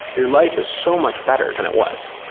your life is so much better than it was.